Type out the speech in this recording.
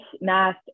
math